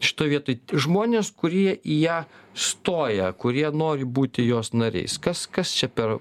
šitoj vietoj žmonės kurie į ją stoja kurie nori būti jos nariais kas kas čia per